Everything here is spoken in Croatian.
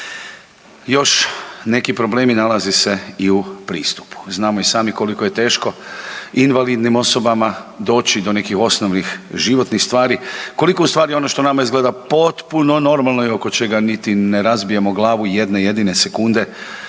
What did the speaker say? Još neki problemi nalaze se i u pristupu. Znamo i sami koliko je teško invalidnim osobama doći do nekih osnovnih životnih stvari, koliko ustvari ono što nama izgleda potpuno normalno i oko čega niti ne razbijamo glavu jedne jedine sekunde,